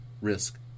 Risk